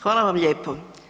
Hvala vam lijepo.